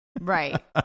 Right